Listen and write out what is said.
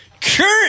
Current